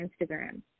Instagram